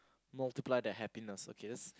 multiply their happiness okay that's